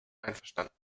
einverstanden